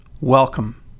welcome